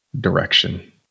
direction